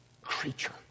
creature